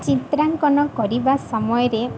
ଚିତ୍ରାଙ୍କନ କରିବା ସମୟରେ